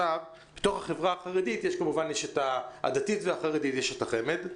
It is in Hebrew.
בתוך החברה הדתית והחרדית יש את החמ"ד,